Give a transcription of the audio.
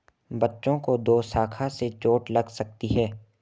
बच्चों को दोशाखा से चोट लग सकती है